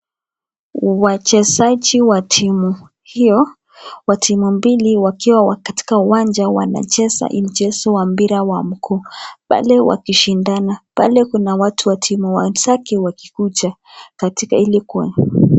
Wachezaji wa timu hiyo wa timu mbili wakiwa katika kiwanja wanacheza hii mchezo wa mpira ya mguu pale wakishindana pale kuna watu wa timu wenzake wakikuja katika hili komo.